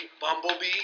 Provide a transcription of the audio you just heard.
Bumblebee